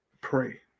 Pray